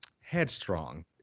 headstrong